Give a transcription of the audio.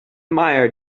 mire